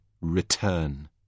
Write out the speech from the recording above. return